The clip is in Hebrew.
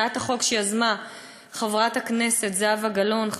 הצעת החוק שיזמה חברת הכנסת זהבה גלאון,